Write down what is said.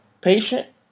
patient